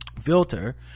filter